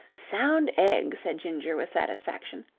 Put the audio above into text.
sound egg! said ginger with satisfaction.